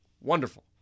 Wonderful